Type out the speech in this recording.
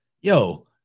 Yo